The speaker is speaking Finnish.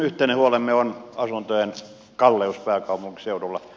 yhteinen huolemme on asuntojen kalleus pääkaupunkiseudulla